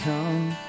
Come